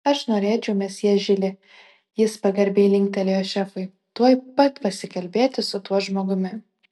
aš norėčiau mesjė žili jis pagarbiai linktelėjo šefui tuoj pat pasikalbėti su tuo žmogumi